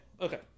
okay